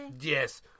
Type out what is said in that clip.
Yes